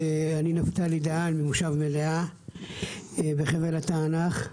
אני נפתלי דהן ממושב מלאה בחבל התענך.